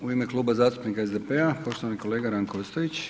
U ime Kluba zastupnika SDP-a, poštovani kolega Ranko Ostojić.